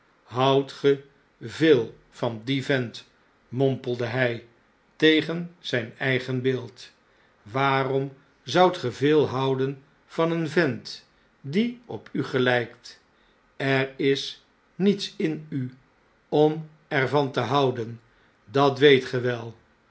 ge veel van dien vent mompelde hij tegen zp eigen beeld waarom zoudt ge veel houden van een vent die op u gelptt er is niets in u om er van te houden dat weetge